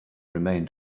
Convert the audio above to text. remained